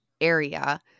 area